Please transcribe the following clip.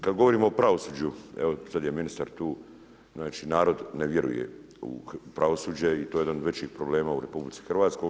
Kad govorimo o pravosuđu, evo sad je ministar tu, znači narod ne vjeruje u pravosuđe i to je jedan od većih problema u RH.